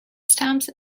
stamps